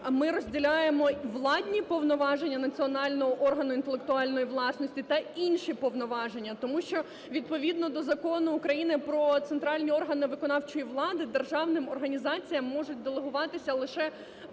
ми розділяємо "владні повноваження національного органу інтелектуальної власності" та "інші повноваження". Тому що відповідно до Закону України "Про центральні органи виконавчої влади" державним організаціям можуть делегуватися лише